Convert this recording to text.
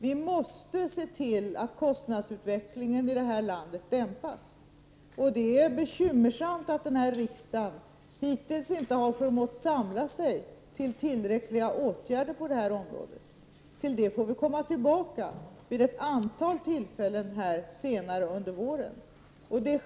Vi måste se till att kostnadsutvecklingen i landet dämpas. Det är bekymmersamt att denna riksdag hittills inte har förmått samla sig runt tillräckliga åtgärder på detta område. Vi får komma tillbaka till det vid ett antal tillfällen senare under våren.